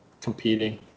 competing